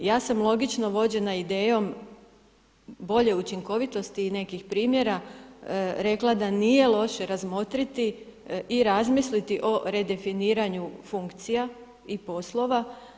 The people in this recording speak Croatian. Ja sam logično vođena idejom bolje učinkovitosti i nekih primjera rekla da nije loše razmotriti i razmisliti o redefiniranju funkcija i poslova.